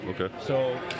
okay